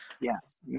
Yes